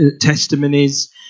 testimonies